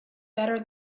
better